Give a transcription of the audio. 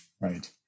right